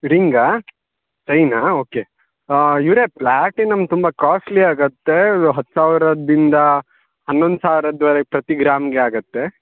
ring a ಚೈನಾ okay ಇವರೇ platinum ತುಂಬ ಕಾಸ್ಟ್ಲಿ ಆಗುತ್ತೆ ಹತ್ತು ಸಾವಿರದಿಂದ ಹನ್ನೊಂದು ಸಾವಿರದ್ವರೆಗೆ ಪ್ರತಿ ಗ್ರಾಮ್ಗೆ ಆಗುತ್ತೆ